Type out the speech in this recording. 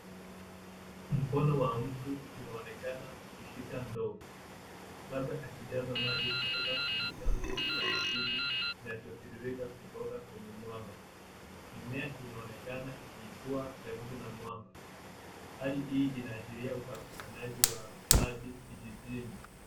Mkono wa mtu unaonekana ukishika ndoo labda akijaza maji labda ikitoka kwenye chanzo cha asili kinachotiririka kutoka kwenye mwamba. Mimea inaonekana ikikuwa karibu na mwamba. Hali hii inaashiria upatikanaji wa maji kijijini.